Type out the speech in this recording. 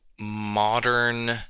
modern